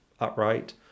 upright